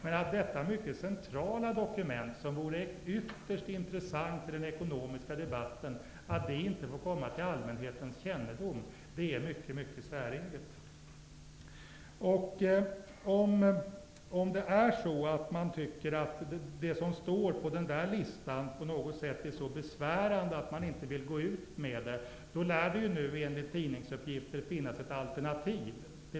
Men att detta mycket centrala dokument, som vore ytterst intressant i den ekonomiska debatten, inte får komma till allmänhetens kännedom är mycket säreget. Om man tycker att det som står på den listan är så besvärande att man inte vill gå ut med det, lär det nu, enligt tidningsuppgifter, finnas ett alternativ.